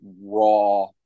raw